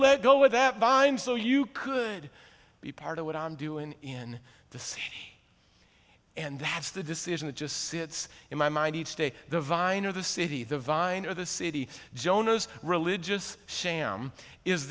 let go of that vine so you could be part of what i'm doing in the and that's the decision that just sits in my mind each day the vine or the city the vine or the city jonas religious sham is